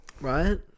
Right